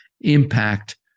impact